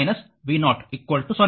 ಆದ್ದರಿಂದ ಅದು v0 0